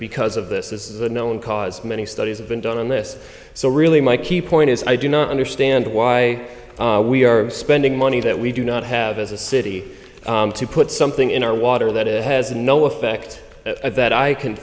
because of this is no one cause many studies have been done on this so really my key point is i do not understand why we are spending money that we do not have as a city to put something in our water that it has no effect at that i can